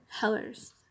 colors